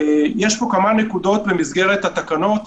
יש כמה נקודות במסגרת התקנות,